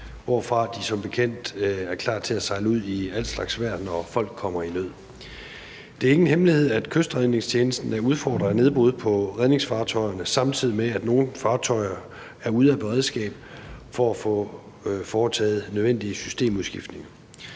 hvorfra de som bekendt er klar til at sejle ud i al slags vejr, når folk kommer i nød. Det er ingen hemmelighed, at Kystredningstjenesten er udfordret af nedbrud på redningsfartøjerne, samtidig med at nogle fartøjer er ude af beredskabet for at få foretaget nødvendige systemudskiftninger.